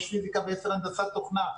5 פיזיקה ו-10 הנדסת תוכנה.